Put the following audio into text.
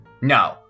No